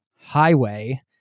Highway